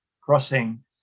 crossing